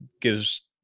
gives